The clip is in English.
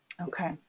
Okay